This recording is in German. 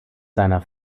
seiner